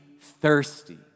thirsty